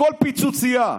בכל פיצוצייה.